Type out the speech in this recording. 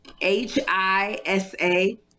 H-I-S-A